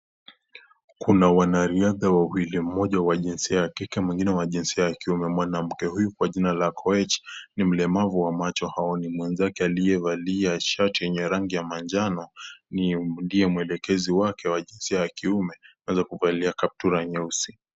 Kuna wanariadha wawili. Mmoja wa jinsia ya kike, mwingine wa jinsia ya kiume. Mwanamke huyu, kwa jina la Koech ni mlemavu wa macho haoni. Mwenzake aliyevalia shati yenye rangi ya manjano ndiye mwelekezi wake wa jinsia ya kiume, ameweza kuvalia kaptura nyeusi.